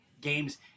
Games